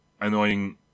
annoying